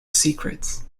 secrets